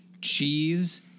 cheese